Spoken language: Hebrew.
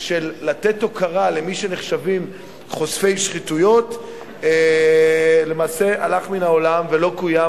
של לתת תעודת הוקרה למי שנחשבים חושפי שחיתויות הלך מן העולם ולא קוים,